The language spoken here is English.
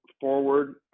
forward